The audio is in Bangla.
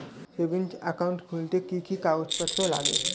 সেভিংস একাউন্ট খুলতে কি কি কাগজপত্র লাগে?